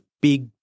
big